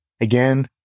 Again